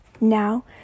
Now